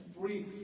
free